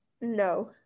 No